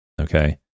Okay